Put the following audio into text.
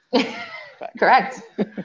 Correct